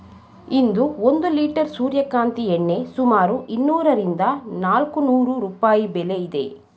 ಇಂದು ಒಂದು ಲಿಟರ್ ಸೂರ್ಯಕಾಂತಿ ಎಣ್ಣೆ ಸುಮಾರು ಇನ್ನೂರರಿಂದ ನಾಲ್ಕುನೂರು ರೂಪಾಯಿ ಬೆಲೆ ಇದೆ